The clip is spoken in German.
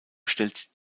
stellt